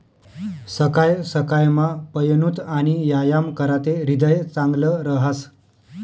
सकाय सकायमा पयनूत आणि यायाम कराते ह्रीदय चांगलं रहास